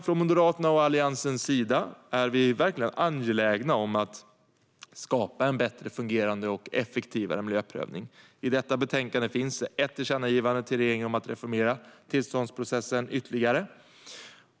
Från Moderaternas och Alliansens sida är vi verkligen angelägna om att skapa en bättre fungerade och effektivare miljöprövning. I detta betänkande finns ett tillkännagivande till regeringen om att reformera tillståndsprocessen ytterligare.